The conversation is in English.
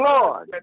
Lord